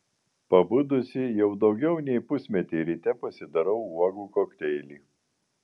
pabudusi jau daugiau nei pusmetį ryte pasidarau uogų kokteilį